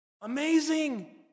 amazing